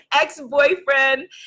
ex-boyfriend